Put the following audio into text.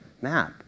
map